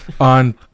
on